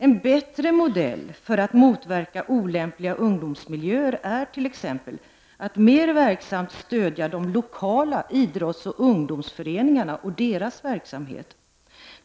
En bättre modell för att motverka olämpliga ungdomsmiljöer är t.ex. att mer verksamt stödja de lokala idrottsoch ungdomsföreningarna och deras verksamhet.